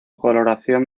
coloración